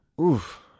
Oof